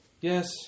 Yes